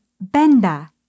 benda